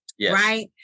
right